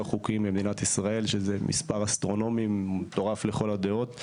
חוקיים במדינת ישראל שזה מספר אסטרונומי ומטורף לכל הדעות.